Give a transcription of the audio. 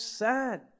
sad